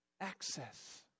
access